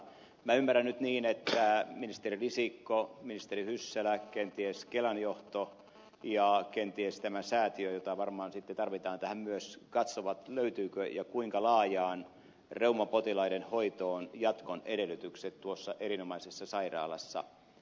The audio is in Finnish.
ymmärrän nyt niin että ministeri risikko ministeri hyssälä kenties kelan johto ja kenties tämä säätiö jota varmaan sitten tarvitaan tähän myös katsovat löytyvätkö ja kuinka laajaan reumapotilaiden hoitoon jatkoedellytykset tuossa erinomaisessa sairaalassa